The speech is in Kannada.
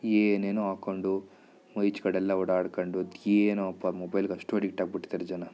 ಏನೇನೊ ಹಾಕ್ಕೊಂಡು ಈಚೆಕಡೆ ಎಲ್ಲ ಓಡಾಡ್ಕೊಂಡು ಅದೆನೋಪ್ಪ ಮೊಬೈಲ್ಗೆ ಅಷ್ಟು ಅಡಿಕ್ಟಾಗಿ ಬಿಟ್ಟಿದ್ದಾರೆ ಜನ